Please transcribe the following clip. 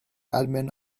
admin